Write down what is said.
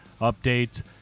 updates